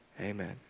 amen